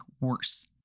worse